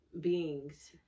beings